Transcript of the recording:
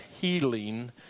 healing